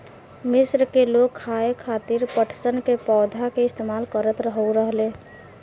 मिस्र के लोग खाये खातिर पटसन के पौधा के इस्तेमाल करत रहले